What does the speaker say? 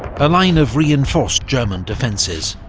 but line of reinforced german defences,